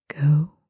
go